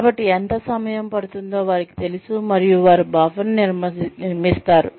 కాబట్టి ఎంత సమయం పడుతుందో వారికి తెలుసు మరియు వారు బఫర్ను నిర్మిస్తారు